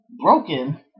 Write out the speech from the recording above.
broken